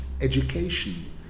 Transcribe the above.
education